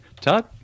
tug